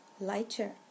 lighter